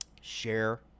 share